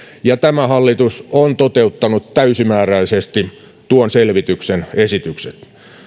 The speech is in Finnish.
ja tämä hallitus on toteuttanut täysimääräisesti tuon selvityksen esitykset